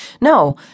No